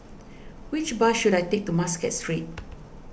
which bus should I take to Muscat Street